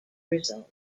result